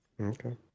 Okay